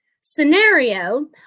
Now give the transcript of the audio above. scenario